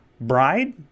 bride